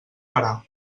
parar